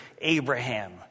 Abraham